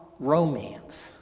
romance